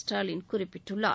ஸ்டாலின் குறிப்பிட்டுள்ளார்